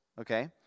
Okay